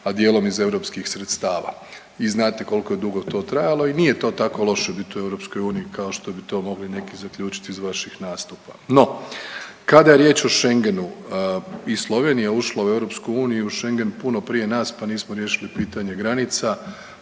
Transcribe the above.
a dijelom iz europskih sredstava. Vi znate koliko je to dugo trajalo i nije to tako loše biti u Europskoj uniji kao što bi to mogli neki zaključiti iz vaših nastupa. No, kada je riječ o schengenu. I Slovenija je ušla u Europsku uniju i schengen puno prije nas, pa nismo riješili pitanje granica,